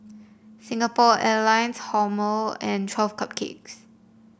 Singapore Airlines Hormel and Twelve Cupcakes